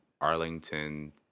Arlington